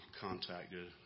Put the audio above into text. contacted